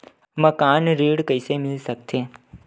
मकान ऋण कइसे मिल सकथे?